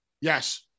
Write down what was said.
Yes